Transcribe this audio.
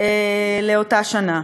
לאותה שנה.